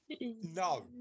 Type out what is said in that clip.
No